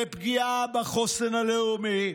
לפגיעה בחוסן הלאומי,